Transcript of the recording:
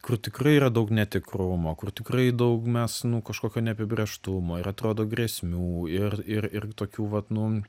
kur tikrai yra daug netikrumo kur tikrai daug mes nu kažkokio neapibrėžtumo ir atrodo grėsmių ir ir ir tokių vat nu